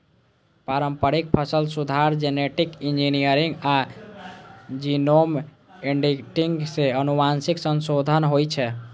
पारंपरिक फसल सुधार, जेनेटिक इंजीनियरिंग आ जीनोम एडिटिंग सं आनुवंशिक संशोधन होइ छै